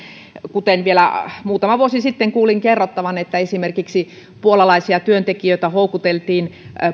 mistä vielä muutama vuosi sitten kuulin kerrottavan että esimerkiksi puolalaisia työntekijöitä houkuteltiin